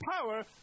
power